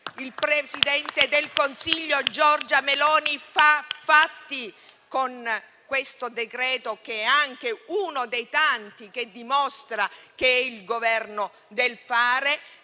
Il presidente del Consiglio Giorgia Meloni fa fatti con questo decreto, che è anche uno dei tanti che dimostra che è il Governo del fare,